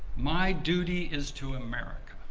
my duty is to america.